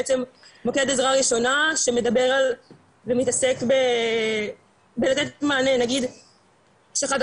בעצם מוקד עזרה ראשונה שמדבר על ומתעסק בלתת מענה נגיד שחברה